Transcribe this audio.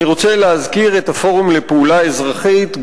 אני רוצה להזכיר את הפורום לפעולה אזרחית,